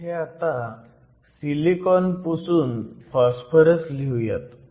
इथे आता सिलिकॉन पुसून फॉस्फरस लिहुयात